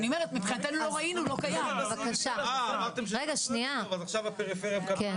זאת לא תשובה.